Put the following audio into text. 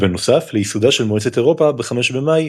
ובנוסף לייסודה של מועצת אירופה ב-5 במאי